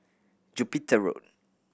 Jupiter Road